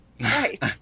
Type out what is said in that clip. Right